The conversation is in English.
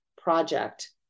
project